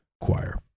Choir